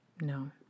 No